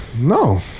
No